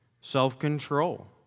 self-control